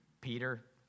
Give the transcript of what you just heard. Peter